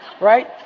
right